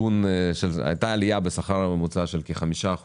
והייתה עלייה בשכר הממוצע של כ-5%.